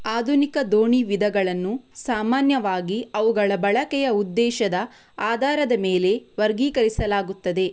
ಆಧುನಿಕ ದೋಣಿ ವಿಧಗಳನ್ನು ಸಾಮಾನ್ಯವಾಗಿ ಅವುಗಳ ಬಳಕೆಯ ಉದ್ದೇಶದ ಆಧಾರದ ಮೇಲೆ ವರ್ಗೀಕರಿಸಲಾಗುತ್ತದೆ